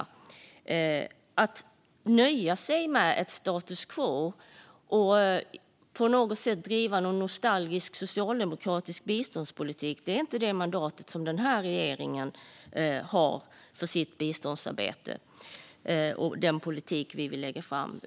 Att nöja sig med ett status quo och på något sätt driva någon nostalgisk socialdemokratisk biståndspolitik är inte det mandat som denna regering har för sitt biståndsarbete och den politik som vi vill lägga fram.